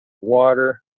water